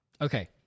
Okay